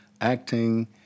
acting